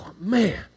man